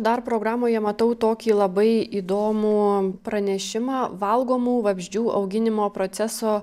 dar programoje matau tokį labai įdomų pranešimą valgomų vabzdžių auginimo proceso